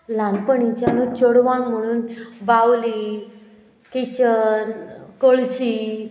ल्हानपणीच्यानू चेडवांक म्हणून बावली किचन कळशी